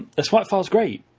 a swipe file is great.